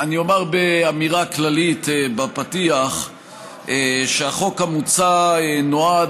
אני אומַר באמירה כללית בפתיח שהחוק המוצע נועד